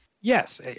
Yes